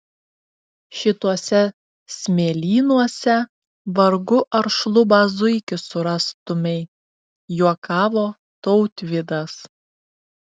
šituose smėlynuose vargu ar šlubą zuikį surastumei juokavo tautvydas